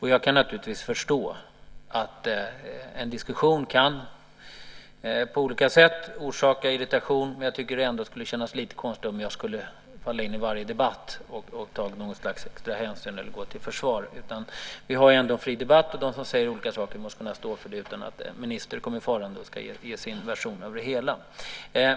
Jag kan naturligtvis förstå att en diskussion kan orsaka irritation på olika sätt, men jag tycker att det skulle kännas lite konstigt om jag skulle falla in i varje debatt och ta extra hänsyn eller gå till försvar. Vi har en fri debatt. De som säger olika saker måste kunna stå för dem utan att en minister kommer farande och ska ge sin version av det hela.